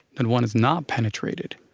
that one is not penetrated,